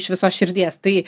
iš visos širdies tai